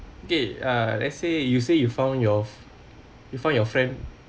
okay uh let's say you say you found your you found your friend